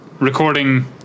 recording